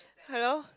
hello